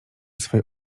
swej